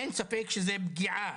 אין ספק שזו פגיעה